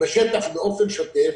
בשטח באופן שוטף,